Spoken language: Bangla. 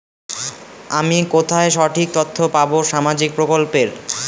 আমি কোথায় সঠিক তথ্য পাবো সামাজিক প্রকল্পের?